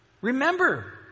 Remember